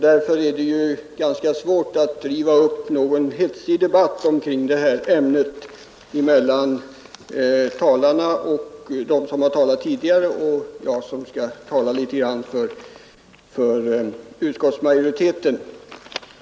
Därför är det ganska svårt att kring detta ämne driva upp någon häftig debatt mellan de tidigare talarna och mig som skall tala för utskottsmajoriteten.